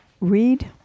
read